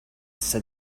said